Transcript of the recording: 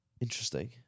Interesting